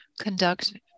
conduct